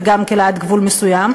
וגם כן עד גבול מסוים,